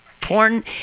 porn